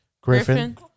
Griffin